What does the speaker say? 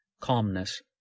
calmness